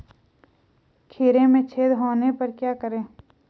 खीरे में छेद होने पर क्या करें?